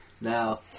Now